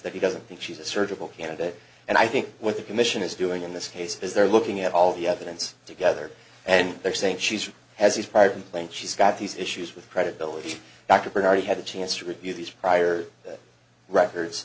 that he doesn't think she's a surgical candidate and i think what the commission is doing in this case is they're looking at all the evidence together and they're saying she's has these prior complaints she's got these issues with credibility dr bernard he had a chance to review these prior records